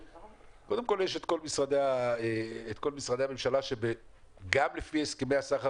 קודם כול יש את כל משרדי הממשלה שגם לפי הסכמי השכר